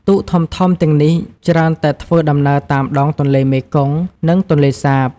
ទូកធំៗទាំងនេះច្រើនតែធ្វើដំណើរតាមដងទន្លេមេគង្គ និងទន្លេសាប។